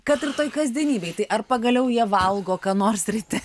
kad ir toj kasdienybėj tai ar pagaliau jie valgo ką nors ryte